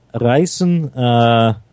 Reisen